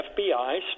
FBI